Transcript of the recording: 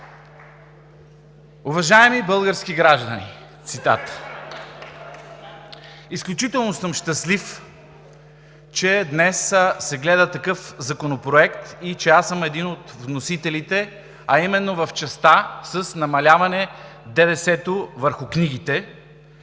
„Уважаеми български граждани“ – цитат (смях от ГЕРБ), изключително съм щастлив, че днес се гледа такъв законопроект и че аз съм един от вносителите, а именно в частта за намаляване на ДДС-то върху книгите